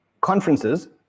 conferences